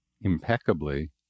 impeccably